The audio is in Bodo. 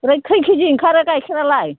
ओमफ्राय खैखिजि ओंखारो गाइखेरालाय